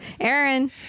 Aaron